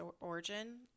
origin